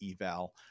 eval